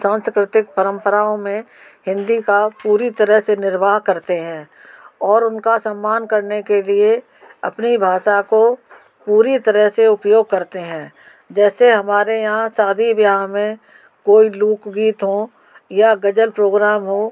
सांस्कृतिक परंपराओं में हिन्दी का पूरी तरह से निर्वाह करते हैं और उनका सम्मान करने के लिए अपनी भाषा को पूरी तरह से उपयोग करते हैं जैसे हमारे यहाँ शादी विवाह में कोई लोक गीत हो या गज़ल प्रोग्राम हो